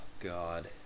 God